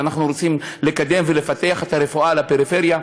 ואנחנו רוצים לקדם ולפתח את הרפואה לפריפריה,